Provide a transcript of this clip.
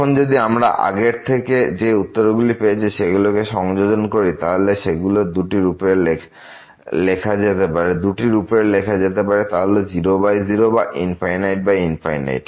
এখন যদি আমরা আগের থেকে যে উত্তরগুলি পেয়েছি সেগুলিকে সংযোজন করি তাহলে সেগুলো দুটি রূপের লেখা যেতে পারে তা হল 00 অথবা ∞∞